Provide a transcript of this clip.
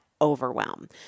overwhelm